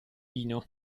vino